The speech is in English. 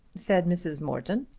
said mrs. morton.